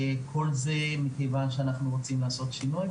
וכל זה מכיוון שאנחנו רוצים לעשות שינוי.